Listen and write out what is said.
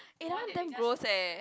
eh that one damn gross eh